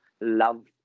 love